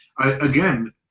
again